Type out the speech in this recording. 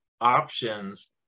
options